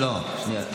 שנייה,